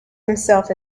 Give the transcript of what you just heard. himself